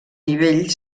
nivell